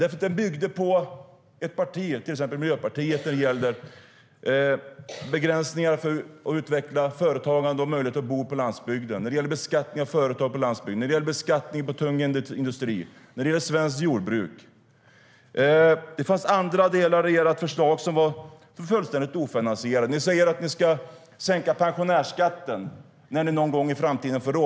Jo, för att den byggde på ett partis åsikter, Miljöpartiets, när det gällde begränsningar för att utveckla företagande och möjlighet att bo på landsbygden, beskattning av företag på landsbygden, beskattning av tung industri och när det gällde svenskt jordbruk. Det fanns delar i ert förslag som var fullständigt ofinansierade. Ni säger att ni ska sänka pensionärsskatten, när ni får råd någon gång i framtiden.